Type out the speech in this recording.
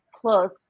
plus